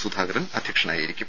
സുധാകരൻ അധ്യക്ഷനായിരിക്കും